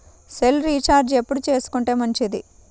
Cell recharge ఎప్పుడు చేసుకొంటే మంచిది?